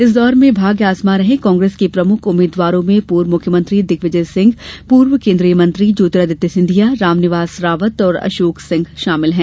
इस दौर में भाग्य आजमा रहे कांग्रेस के प्रमुख उम्मीदवारों में पूर्व मुख्यमंत्री दिग्विजय सिंह पूर्व केन्द्रीय मंत्री ज्योतिरादित्य सिंधिया रामनिवास रावत और अशोक सिंह शामिल हैं